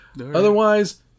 Otherwise